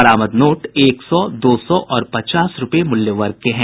बरामद नोट एक सौ दो सौ और पचास रूपये मूल्य वर्ग के हैं